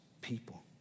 people